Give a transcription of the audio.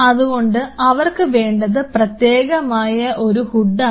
അതുകൊണ്ട് അവർക്ക് വേണ്ടത് പ്രത്യേകമായ ഒരു ഹുട് ആണ്